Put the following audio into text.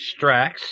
Strax